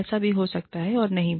ऐसा हो भी सकता है और नहीं भी